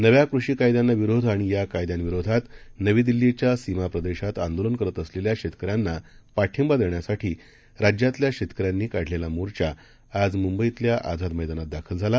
नव्याकृषीकायद्यांनाविरोध आणियाकायद्यांविरोधातनवीदिल्लीच्यासीमाप्रदेशातआंदोलनकरतअसलेल्याशेतकऱ्यांनापाठिंबादेण्यासाठीराज्यातल्याशेतकऱ्यांनीकाढले लामोर्चाआजमुंबईतल्याआझादमैदानातदाखलझाला